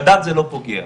בדת זה לא פוגע.